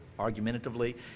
argumentatively